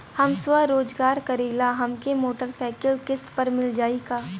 हम स्वरोजगार करीला हमके मोटर साईकिल किस्त पर मिल जाई का?